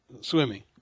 swimming